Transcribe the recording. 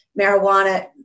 marijuana